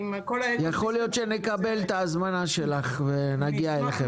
יכול להיות שנקבל את ההזמנה שלך ונגיע אליכם.